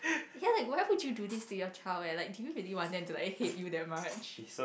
ya like why would you do this to your child and like do you really want them to like hate you that much